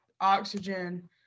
oxygen